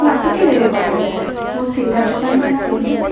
মাতটো কেলে এনেকুৱা লাগিছে বহুত চিন্তাত থকা নিচিনা লাগিছে যে